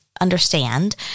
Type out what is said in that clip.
understand